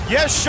Yes